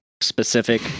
Specific